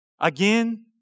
again